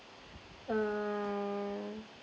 err